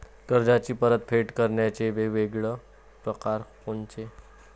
कर्जाची परतफेड करण्याचे वेगवेगळ परकार कोनचे?